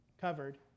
covered